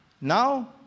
Now